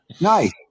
Nice